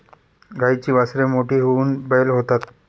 गाईची वासरे मोठी होऊन बैल होतात